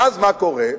ואז, מה קורה?